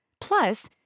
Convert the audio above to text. Plus